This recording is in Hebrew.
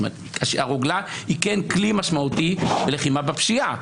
הרוגלה היא כן כלי משמעותי בלחימה בפשיעה,